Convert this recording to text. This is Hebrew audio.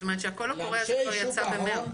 זאת אומרת שהקול הקורא הזה כבר יצא במרץ.